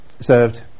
served